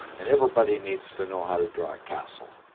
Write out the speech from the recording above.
and everybody needs to know how to draw a castle.